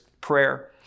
prayer